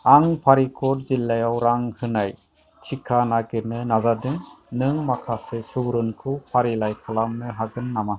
आं फारिदक'ट जिल्लायाव रां होनाय टिका नागिरनो नाजादों नों माखासे सुबुरुनफोरखौ फारिलाइ खालामनो हागोन नामा